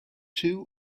two